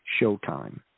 Showtime